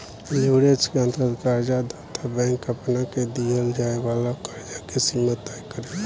leverage के अंतर्गत कर्ज दाता बैंक आपना से दीहल जाए वाला कर्ज के सीमा तय करेला